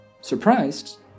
Surprised